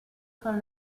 con